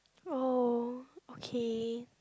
oh okay